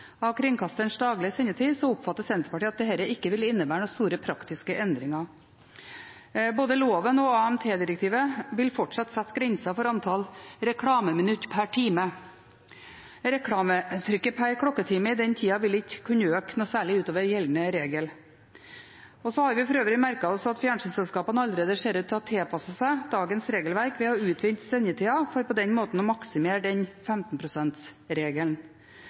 av kringkasterens daglige sendetid, oppfatter Senterpartiet at dette ikke vil innebære noen store praktiske endringer. Både loven og AMT-direktivet vil fortsatt sette grenser for antall reklameminutter per time. Reklametrykket per klokketime i den tida vil ikke kunne øke noe særlig utover gjeldende regel. For øvrig har vi merket oss at fjernsynsselskapene allerede ser ut til å ha tilpasset seg dagens regelverk ved å utvide sendetida, for på den måten å maksimere den 15